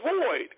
void